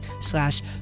slash